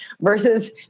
versus